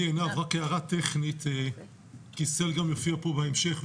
עינב, רק הערה טכנית כי SEL גם יופיע פה בהמשך.